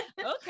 okay